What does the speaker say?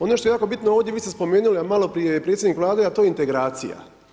Ono što je jako bitno, ovdje vi ste spomenuli, a maloprije i predsjednik Vlade, a to je integracija.